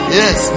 yes